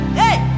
hey